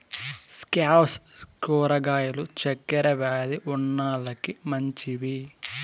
squash కూరగాయలు చక్కర వ్యాది ఉన్నోలకి మంచివి